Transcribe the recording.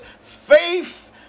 faith